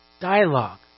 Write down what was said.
Dialogue